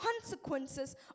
consequences